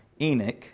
Enoch